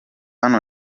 hano